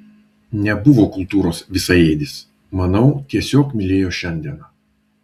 nebuvo kultūros visaėdis manau tiesiog mylėjo šiandieną